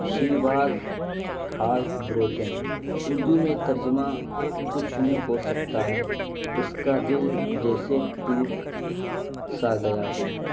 Shiva's heart broken Urdu میں ترجمہ کچھ یوں ہو سکتا ہے اس کا دل جیسے ٹوٹ سا گیا ہو